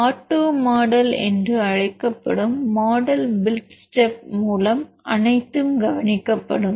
auto model என்று அழைக்கப்படும் model build step மூலம் அனைத்தும் கவனிக்கப்படும்